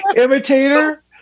imitator